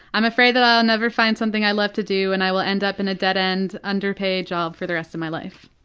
i'm afraid that i'll never find something i love to do and i will end up in a dead end, underpaid job for the rest of my life.